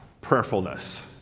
Prayerfulness